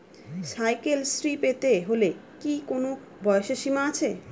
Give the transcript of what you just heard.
Cycle Shri পেতে হলে কি কোনো বয়সের সীমা আছে?